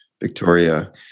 Victoria